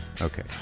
okay